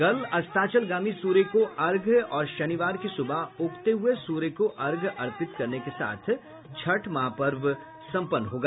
कल अस्ताचलगामी सूर्य को अर्घ्य और शनिवार की सुबह उगते हुये सूर्य को अर्घ्य अर्पित करने के साथ छठ महापर्व सम्पन्न होगा